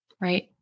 right